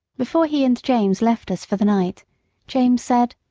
before he and james left us for the night james said,